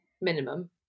minimum